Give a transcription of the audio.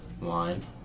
line